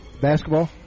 Basketball